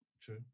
True